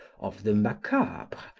of the macabre,